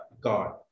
God